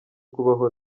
kubaho